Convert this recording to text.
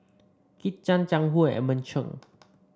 Kit Chan Jiang Hu and Edmund Cheng